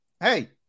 hey